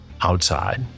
outside